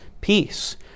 peace